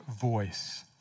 voice